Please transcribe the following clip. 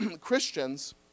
Christians